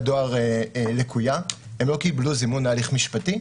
דואר לקויה הם לא קיבלו זימון להליך משפטי,